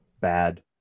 bad